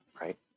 right